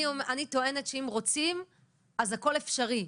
אני טוענת שאם רוצים, הכול אפשרי.